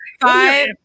Five